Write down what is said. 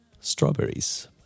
strawberries